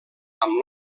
amb